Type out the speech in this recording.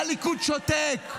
והליכוד שותק.